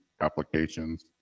applications